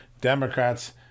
Democrats